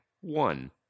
one